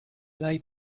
lay